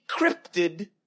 encrypted